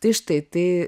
tai štai tai